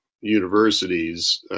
universities